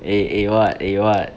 eh eh what eh what